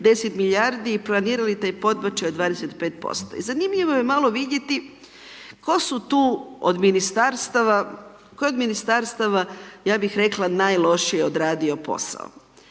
10 milijardi, i planirali taj podbačaj od 25%. I zanimljivo je malo vidjeti, tko su tu od Ministarstava, kojeg Ministarstava, ja bih rekla najlošije odradio posao.